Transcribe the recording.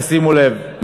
תשימו לב,